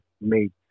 made